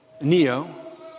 Neo